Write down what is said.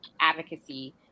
advocacy